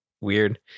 weird